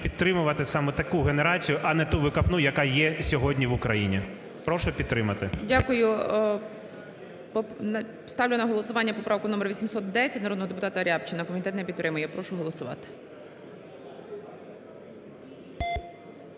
підтримувати саме таку генерацію, а не ту викопну, яка є сьогодні в Україні. Прошу підтримати. ГОЛОВУЮЧИЙ. Дякую. Ставлю на голосування поправку 810 народного депутата Рябчина, комітет не підтримує. Прошу голосувати.